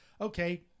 okay